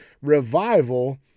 revival